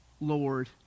Lord